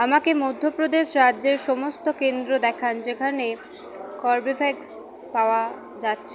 আমাকে মধ্যপ্রদেশ রাজ্যের সমস্ত কেন্দ্র দেখান যেখানে কর্বেভ্যাক্স পাওয়া যাচ্ছে